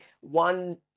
One